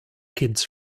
kids